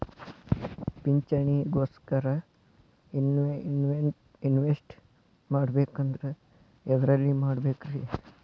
ಪಿಂಚಣಿ ಗೋಸ್ಕರ ಇನ್ವೆಸ್ಟ್ ಮಾಡಬೇಕಂದ್ರ ಎದರಲ್ಲಿ ಮಾಡ್ಬೇಕ್ರಿ?